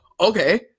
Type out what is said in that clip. Okay